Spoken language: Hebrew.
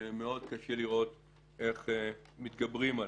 שמאוד קשה לראות איך מתגברים עליהן.